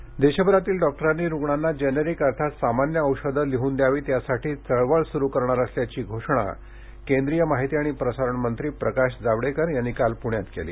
जावडेकर देशभरातील डॉक्टरांनी रुग्णांना जेनेरिक अर्थात सामान्य औषधे लिहून द्यावीत यासाठी चळवळ सुरु करणार असल्याची घोषणा केंद्रीय माहिती आणि प्रसारण मंत्री प्रकाश जावडेकर यांनी काल पुण्यात केली